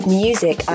music